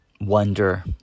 wonder